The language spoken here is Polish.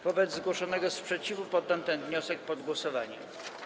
Wobec zgłoszonego sprzeciwu poddam ten wniosek pod głosowanie.